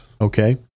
Okay